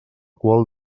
qual